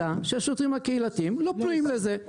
אלא שהשוטרים הקהילתיים לא פנויים לזה.